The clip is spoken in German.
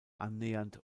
annähernd